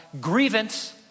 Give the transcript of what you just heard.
grievance